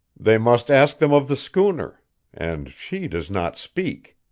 they must ask them of the schooner and she does not speak,